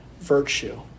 virtue